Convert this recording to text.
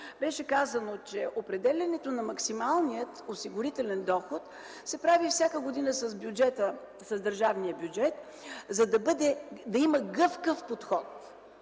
беше казано: определянето на максималния осигурителен доход се прави всяка година с държавния бюджет, за да има гъвкав подход.